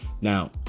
Now